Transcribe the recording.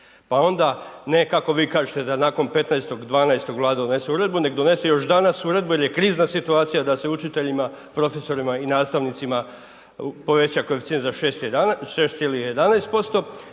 Pa onda, ne kako vi kažete, da nakon 15.12. Vlada donese uredbu, neka donese još danas uredbu jer je krizna situacija da se učiteljima, profesorima i nastavnicima poveća koeficijent za 6,11%.